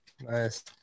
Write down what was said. Nice